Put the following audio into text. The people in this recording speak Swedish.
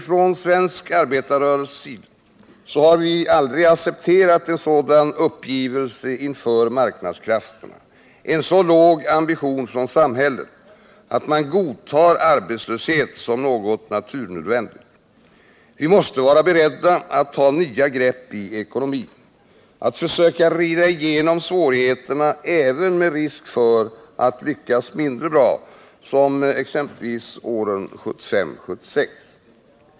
Från svensk arbetarrörelse har vi aldrig accepterat en sådan uppgivelse inför marknadskrafterna, en så låg ambition från samhället att man godtar arbetslöshet som något naturnödvändigt. Vi måste vara beredda att ta nya grepp i ekonomin, att försöka rida ut svårigheterna även med risk för att lyckas mindre bra, som exempelvis åren 1975-1976.